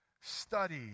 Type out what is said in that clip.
study